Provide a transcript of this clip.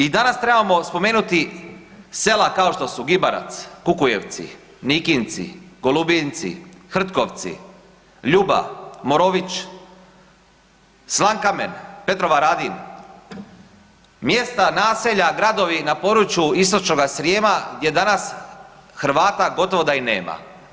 I danas trebamo spomenuti sela kao što su Gibarac, Kukujevci, Nikinci, Golubinci, Hrtkovci, Ljuba, Morović, Slankamen, Petrovaradin, mjesta, naselja, gradovi na području istočnoga Srijema gdje danas Hrvata gotovo da i nema.